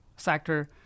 sector